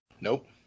Nope